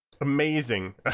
amazing